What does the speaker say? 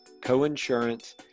coinsurance